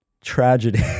tragedy